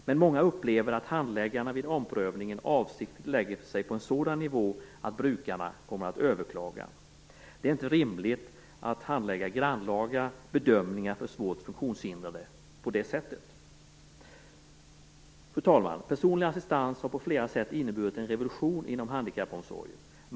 Men många upplever att handläggarna vid omprövningen avsiktligt lägger sig på en sådan nivå att brukarna kommer att överklaga. Det är inte rimligt att handlägga grannlaga bedömningar för svårt funktionshindrade på det sättet. Fru talman! Personlig assistent har på flera sätt inneburit en revolution inom handikappomsorgen.